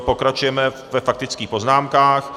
Pokračujeme ve faktických poznámkách.